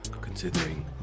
considering